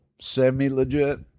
semi-legit